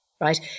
right